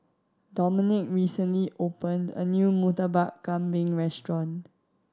Dominik recently opened a new Murtabak Kambing restaurant